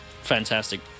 fantastic